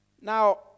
Now